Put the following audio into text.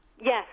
Yes